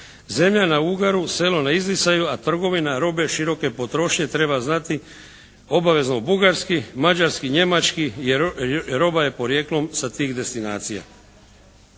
Zemlja je na ugaru, selo na izdisaju a trgovina robe široke potrošnje treba znati obavezno bugarski, mađarski, njemački jer roba je porijeklom sa tih destinacija.